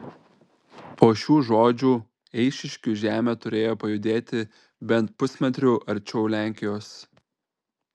po šių žodžių eišiškių žemė turėjo pajudėti bent pusmetriu arčiau lenkijos